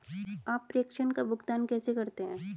आप प्रेषण का भुगतान कैसे करते हैं?